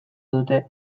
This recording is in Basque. dute